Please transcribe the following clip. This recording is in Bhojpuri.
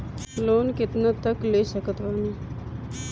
लोन कितना तक ले सकत बानी?